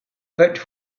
but